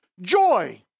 joy